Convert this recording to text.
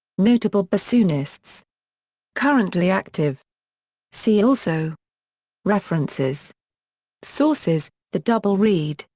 notable bassoonists currently active see also references sources the double reed,